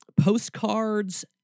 postcards